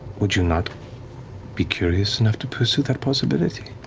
would you not be curious enough to pursue that possibility?